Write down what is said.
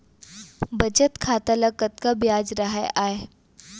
बचत खाता ल कतका ब्याज राहय आय?